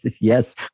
Yes